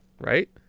right